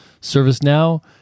ServiceNow